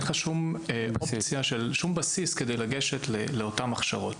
אין לך שום בסיס כדי לגשת לאותם הכשרות